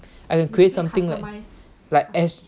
I can create something like